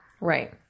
Right